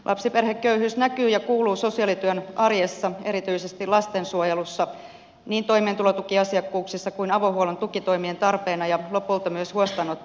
lapsiperheköyhyys näkyy ja kuuluu sosiaalityön arjessa erityisesti lastensuojelussa toimeentulotukiasiakkuuksissa kuten myös avohuollon tukitoimien tarpeena ja lopulta myös huostaanottojen määrässä